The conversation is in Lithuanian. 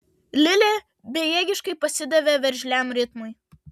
lilė bejėgiškai pasidavė veržliam ritmui